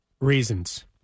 reasons